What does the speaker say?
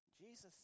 Jesus